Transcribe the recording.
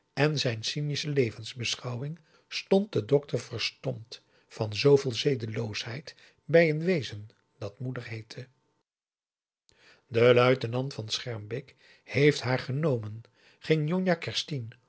en zijn cynische levensbeschouwing stond de dokter verstomd van zooveel zedeloosheid bij een wezen dat moeder heette de luitenant van schermbeek heeft haar genomen ging njonjah kerstien